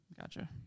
Gotcha